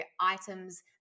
items